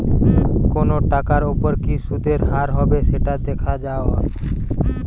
কোনো টাকার ওপর কি সুধের হার হবে সেটা দেখে যাওয়া